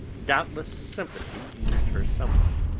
doubtless sympathy eased her somewhat,